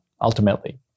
ultimately